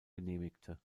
genehmigte